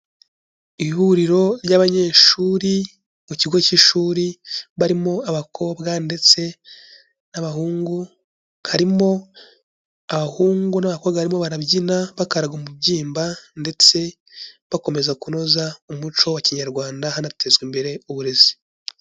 Ihuriro ry'abanyeshuri mu kigo cy'ishuri barimo abakobwa ndetse n'abahungu, harimo abahungu n'abakobwa barimo barabyina bakaraga umubyimba ndetse bakomeza kunoza umuco wa kinyarwanda, hanatezwa imbere uburezi.